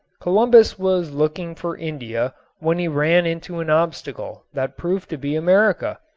columbus was looking for india when he ran into an obstacle that proved to be america.